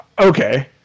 okay